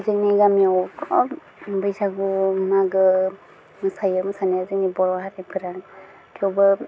जोंनि गामियाव गोबां बैसागु मागो मोसायो मोसानाया जोंनि बर' हारिफोरा थेवबो